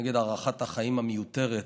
נגד הארכת החיים המיותרת.